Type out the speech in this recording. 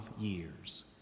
years